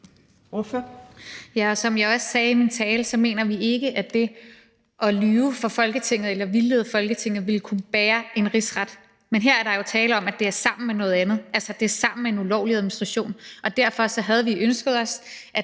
(EL): Ja, og som jeg også sagde i min tale, mener vi ikke, at det at lyve for Folketinget eller vildlede Folketinget ville kunne bære en rigsret, men her er der jo tale om, at det er sammen med noget andet, altså at det er sammen med en ulovlig administration, og derfor havde vi ønsket os, at